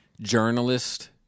journalist